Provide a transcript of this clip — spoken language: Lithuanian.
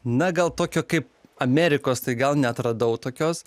na gal tokio kaip amerikos tai gal neatradau tokios